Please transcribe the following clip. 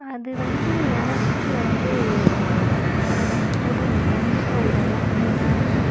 அது வந்து எனக்கு வந்து உதவும் கண்டிப்பாக உதவும் ஏன்னா